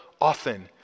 often